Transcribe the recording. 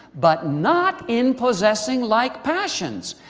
but not in possessing like passions.